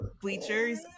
bleachers